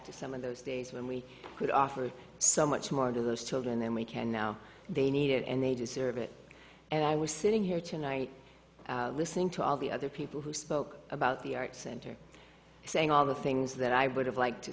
to some of those days when we could offer so much money to those children then we can now they need it and they deserve it and i was sitting here tonight listening to all the other people who spoke about the art center saying all the things that i would have liked to